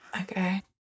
okay